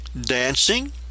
dancing